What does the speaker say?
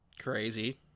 Crazy